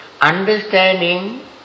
Understanding